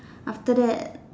after that